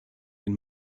den